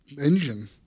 engine